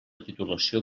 titulació